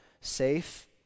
safe